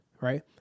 right